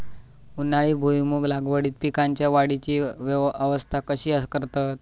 उन्हाळी भुईमूग लागवडीत पीकांच्या वाढीची अवस्था कशी करतत?